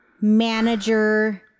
manager